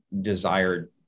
desired